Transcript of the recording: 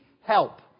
help